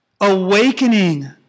awakening